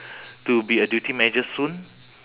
to be a duty manager soon